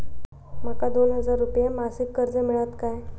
माका दोन हजार रुपये मासिक कर्ज मिळात काय?